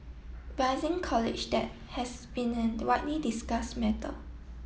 rising college debt has been a widely discussed matter